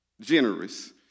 generous